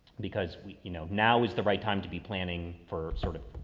because we, you know, now is the right time to be planning for sort of,